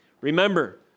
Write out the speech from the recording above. Remember